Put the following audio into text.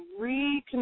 reconnect